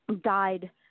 died